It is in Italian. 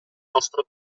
nostro